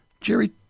Jerry